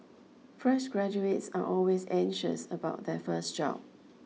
fresh graduates are always anxious about their first job